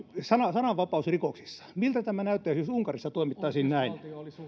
sananvapausrikoksissa miltä tämä näyttäisi jos unkarissa toimittaisiin näin